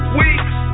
weeks